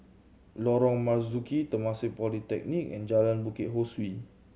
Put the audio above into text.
Lorong Marzuki Temasek Polytechnic and Jalan Bukit Ho Swee